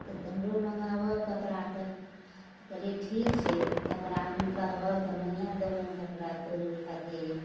कहलकइ हमरो मङाबऽ कपड़ाके तऽ कहलियै ठीक छै कपड़ा एहन कहबक तऽ मँगाय देबहन कपड़ा तोरो खातिर